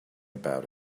about